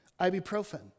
ibuprofen